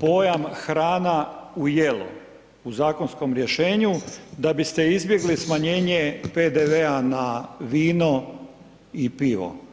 pojam hrana u jelo u zakonskom rješenju da biste izbjegli smanjenje PDV-a na vino i pivo?